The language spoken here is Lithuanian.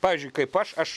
pavyzdžiui kaip aš aš